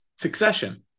succession